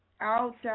out